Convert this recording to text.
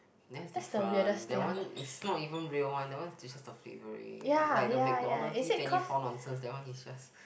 that one is different that one is not even real one that one is just the flavouring like the McDonalds D twenty four nonsense that one is just